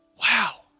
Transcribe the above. Wow